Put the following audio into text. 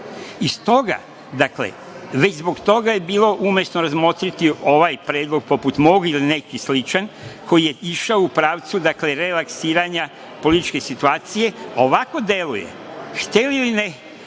zbog toga je bilo umesno razmotriti ovaj predlog poput mog ili neki sličan, koji je išao u pravcu relaksiranja političke situacije, a ovako deluje, hteli ili ne,